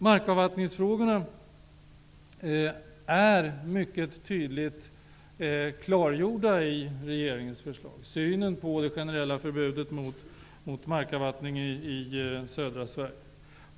Markavvattningsfrågorna är mycket tydligt klargjorda i regeringsförslaget, liksom synen på det generella förbudet mot markavvattning i södra Sverige.